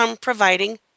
providing